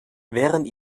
während